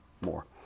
more